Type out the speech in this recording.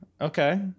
Okay